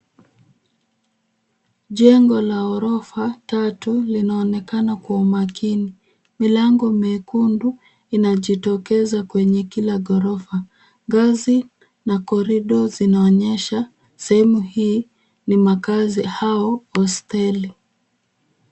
Jengo la ghorofa tatu linaonekana kwa umakini. Milango mekundu inajitokeza kwenye kila ghorofa. Ngazi na korido zinaonyesha sehemu hii ni makaazi au hosteli .